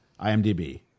IMDB